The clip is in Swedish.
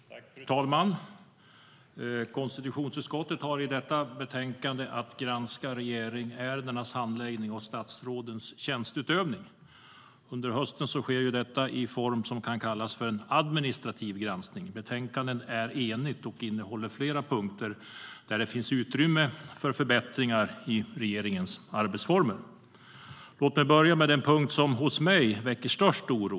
Fru talman! Konstitutionsutskottet har enligt detta betänkande att granska regeringsärendenas handläggning och statsrådens tjänsteutövning. Under hösten sker detta i en form som kan kallas för en administrativ granskning. Betänkandet är enigt och innehåller flera punkter där det finns utrymme för förbättringar i regeringens arbetsformer. Låt mig börja med den punkt som hos mig väcker störst oro.